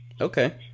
Okay